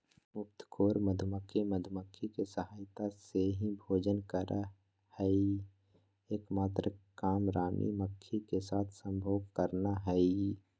मुफ्तखोर मधुमक्खी, मधुमक्खी के सहायता से ही भोजन करअ हई, एक मात्र काम रानी मक्खी के साथ संभोग करना हई